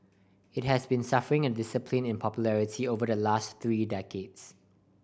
it has been suffering a in popularity over the last three decades